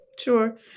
Sure